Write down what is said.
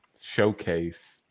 showcase